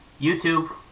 YouTube